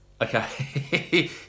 Okay